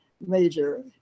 major